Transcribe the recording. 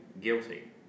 guilty